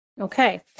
Okay